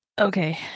Okay